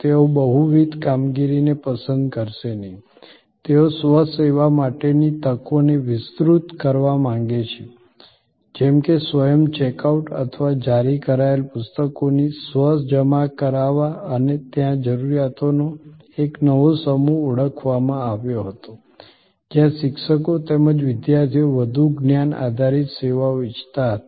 તેઓ બહુવિધ કામગીરીને પસંદ કરશે નહીં તેઓ સ્વ સેવા માટેની તકોને વિસ્તૃત કરવા માંગે છે જેમ કે સ્વયં ચેક આઉટ અથવા જારી કરાયેલ પુસ્તકોની સ્વ જમા કરાવવા અને ત્યાં જરૂરિયાતોનો એક નવો સમૂહ ઓળખવામાં આવ્યો હતો જ્યાં શિક્ષકો તેમજ વિદ્યાર્થીઓ વધુ જ્ઞાન આધારિત સેવાઓ ઇચ્છતા હતા